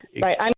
Right